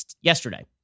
yesterday